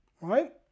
right